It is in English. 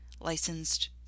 licensed